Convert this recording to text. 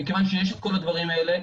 מכיוון שיש את כל הדברים האלה,